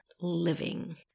living